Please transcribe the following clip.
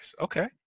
Okay